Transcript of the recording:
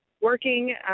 working